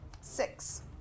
Six